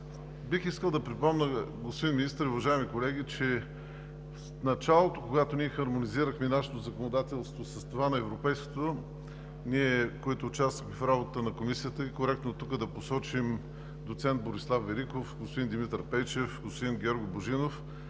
Бих искал да припомня, господин Министър, уважаеми колеги, че в началото, когато хармонизирахме нашето законодателство с това на европейското, ние, които участвахме в работата на Комисията, коректно е тук да посочим доцент Борислав Великов, господин Димитър Пейчев, господин Георги Божинов,